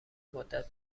مدت